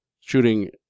shooting